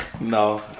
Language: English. No